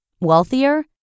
Wealthier